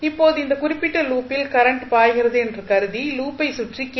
இப்போது இந்த குறிப்பிட்ட லூப்பில் கரண்ட் பாய்கிறது என்று கருதி லூப்பை சுற்றி கே